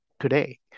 today